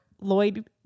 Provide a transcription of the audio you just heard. Lloyd